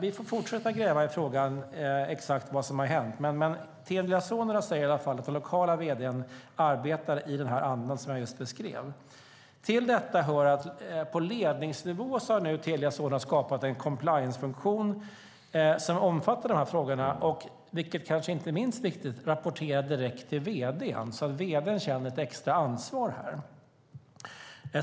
Vi får fortsätta att gräva i frågan om exakt vad som har hänt. Telia Sonera säger i alla fall att den lokala vd:n arbetar i den anda som jag just beskrev. Till detta hör att Telia Sonera på ledningsnivå nu har skapat en compliancefunktion som omfattar dessa frågor och som, vilket kanske inte är minst viktigt, rapporterar direkt till vd:n. Vd:n känner alltså ett extra ansvar här.